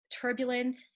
turbulent